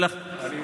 תרשה לי,